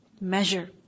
measure